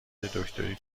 دکتری